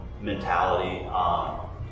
mentality